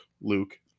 Luke